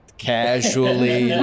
casually